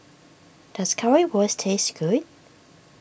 does Currywurst taste good